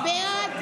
בעד,